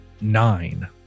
nine